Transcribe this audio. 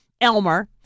Elmer